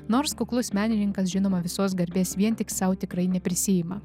nors kuklus menininkas žinoma visos garbės vien tik sau tikrai neprisiima